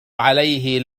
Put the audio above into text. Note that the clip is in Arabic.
عليه